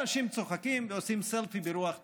אנשים צוחקים ועושים סלפי ברוח טובה.